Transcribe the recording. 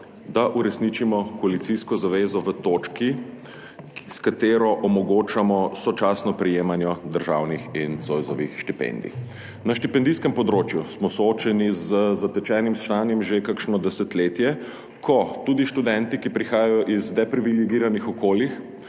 da uresničimo koalicijsko zavezo v točki, s katero omogočamo sočasno prejemanje državnih in Zoisovih štipendij. Na štipendijskem področju smo soočeni z zatečenim stanjem že kakšno desetletje, ko tudi študenti, ki prihajajo iz depriviligiranih okolij,